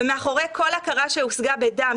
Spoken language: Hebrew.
ומאחורי כל הכרה שהושגה בדם,